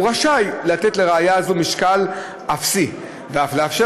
הוא רשאי לתת לראיה זו משקל אפסי ואף לאפשר